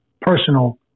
personal